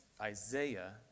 Isaiah